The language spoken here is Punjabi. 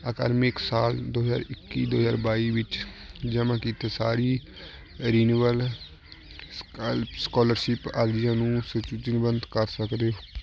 ਅਕਾਦਮਿਕ ਸਾਲ ਦੋ ਹਜ਼ਾਰ ਇੱਕੀ ਦੋ ਹਜ਼ਾਰ ਬਾਈ ਵਿੱਚ ਜਮ੍ਹਾਂ ਕੀਤੇ ਸਾਰੀ ਰਿਨਿਵਲ ਸਕ ਸਕੋਲਰਸ਼ਿਪ ਅਰਜ਼ੀਆਂ ਨੂੰ ਸੂਚੀਬੱਧ ਕਰ ਸਕਦੇ